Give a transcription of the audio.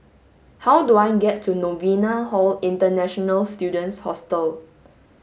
how do I get to Novena Hall International Students Hostel